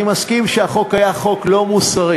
אני מסכים שהחוק היה חוק לא מוסרי,